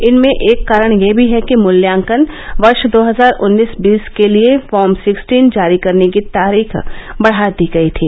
इनमें एक कारण यह भी है कि मूल्यांकन वर्ष दो हजार उन्नीस बीस के लिए फॉर्म सिक्सटीन जारी करने की तारीख बढा दी गई थी